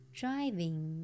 driving